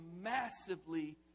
massively